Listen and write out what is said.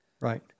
Right